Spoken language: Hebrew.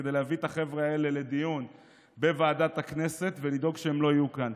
כדי להביא את החבר'ה האלה לדיון בוועדת הכנסת ולדאוג שהם לא יהיו כאן.